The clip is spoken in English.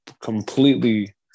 completely